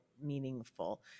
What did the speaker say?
meaningful